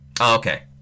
Okay